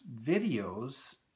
videos